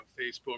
Facebook